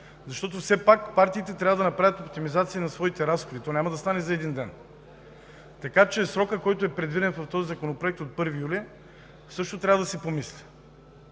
защото все пак партиите трябва да направят организация на своите разходи и то няма да стане за един ден. Срокът, който е предвиден в този законопроект – от 1 юли, също трябва да се помисли.